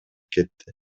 кетти